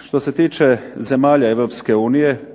Što se tiče zemalja EU